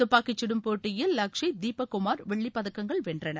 துப்பாக்கிச்சூடும் போட்டியில் லக்ஷை தீபக் குமார் வெள்ளிப் பதக்கங்கள் வென்றனர்